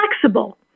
flexible